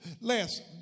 Last